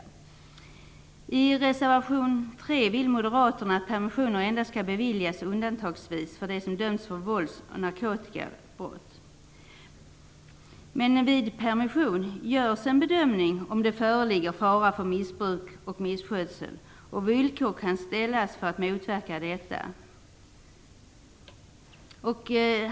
Enligt reservation 3 vill moderaterna att permissioner endast undantagsvis skall beviljas för dem som dömts för vålds och narkotikabrott. Men vid permission görs en bedömning av om det föreligger fara för missbruk och misskötsel. Villkor kan ställas för att motverka detta.